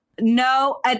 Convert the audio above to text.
No